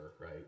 right